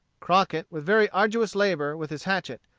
crockett, with very arduous labor with his hatchet,